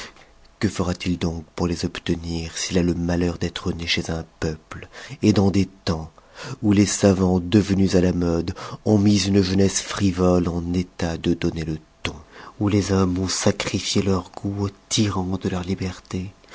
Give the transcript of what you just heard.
que fera-t-il donc pour les obtenir s'il a le malheur d'être né chez un peuple dans des temps où les savans devenus à la mode ont mis une jeunesse frivole en état de donner le tout où les hommes ont sacrifié leur goût aux tyrans de leur liberté